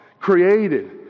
created